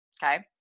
Okay